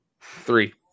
Three